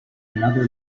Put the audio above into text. another